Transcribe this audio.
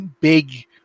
big